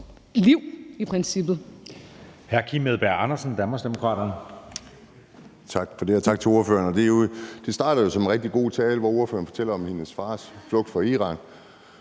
liv i princippet.